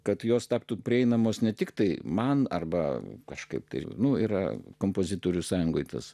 kad jos taptų prieinamos ne tik tai man arba kažkaip tai nu yra kompozitorių sąjungoje tas